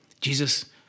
Jesus